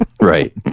Right